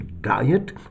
diet